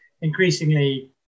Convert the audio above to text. increasingly